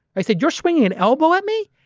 i said you're springing an elbow at me?